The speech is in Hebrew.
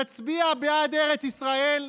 נצביע בעד ארץ ישראל,